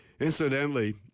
Incidentally